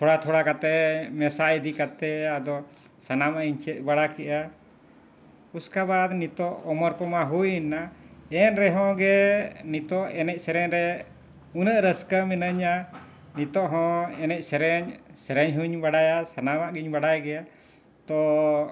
ᱛᱷᱚᱲᱟ ᱛᱷᱚᱲᱟ ᱠᱟᱛᱮᱫ ᱢᱮᱥᱟ ᱤᱫᱤ ᱠᱟᱛᱮᱫ ᱟᱫᱚ ᱥᱟᱱᱟᱢᱟᱜ ᱤᱧ ᱪᱮᱫ ᱵᱟᱲᱟ ᱠᱮᱜᱼᱟ ᱩᱥᱠᱮ ᱵᱟᱫ ᱱᱤᱛᱚᱜ ᱩᱢᱮᱨ ᱠᱚᱢᱟ ᱦᱩᱭ ᱮᱱᱟ ᱮᱱ ᱨᱮᱦᱚᱸ ᱜᱮ ᱱᱤᱛᱚᱜ ᱮᱱᱮᱡ ᱥᱮᱨᱮᱧ ᱨᱮ ᱩᱱᱟᱹᱜ ᱨᱟᱹᱥᱠᱟᱹ ᱢᱤᱱᱟᱹᱧᱟ ᱱᱤᱛᱚᱜ ᱦᱚᱸ ᱮᱱᱮᱡ ᱥᱮᱨᱮᱧ ᱥᱮᱨᱮᱧ ᱦᱚᱧ ᱵᱟᱲᱟᱭᱟ ᱥᱟᱱᱟᱢᱟᱜ ᱜᱤᱧ ᱵᱟᱰᱟᱭ ᱜᱮᱭᱟ ᱛᱚ